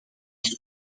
recht